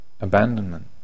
abandonment